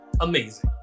amazing